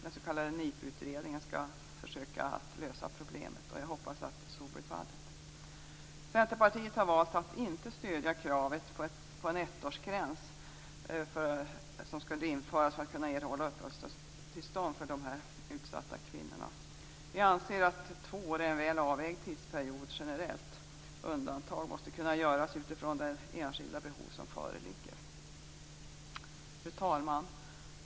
Den s.k. NIPU-utredningen skall försöka att lösa problemet. Jag hoppas att så blir fallet. Centerpartiet har valt att inte stödja kravet på att en ettårsgräns skall införas för dessa utsatta kvinnor för att kunna erhålla uppehållstillstånd. Vi anser att två år är en väl avvägd tidsperiod generellt, men undantag måste kunna göras utifrån de enskilda behov som föreligger. Fru talman!